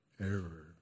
error